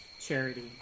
charity